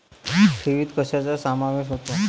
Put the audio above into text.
ठेवीत कशाचा समावेश होतो?